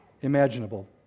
imaginable